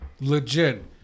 Legit